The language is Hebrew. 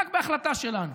רק בהחלטה שלנו.